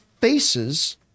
faces